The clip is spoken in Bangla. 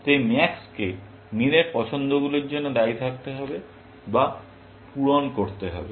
তাই max কে মিন এর পছন্দগুলোর জন্য দায়ী থাকতে হবে বা পূরণ করতে হবে